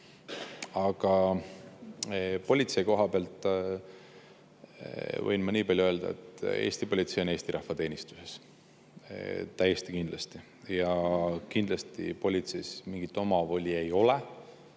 pealuu. Politsei koha pealt võin nii palju öelda, et Eesti politsei on Eesti rahva teenistuses. Täiesti kindlasti. Ja kindlasti politseis mingit omavoli ei ole.